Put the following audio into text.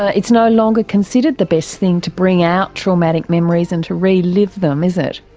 it's no longer considered the best thing to bring out traumatic memories and to relive them is it?